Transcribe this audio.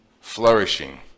flourishing